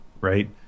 right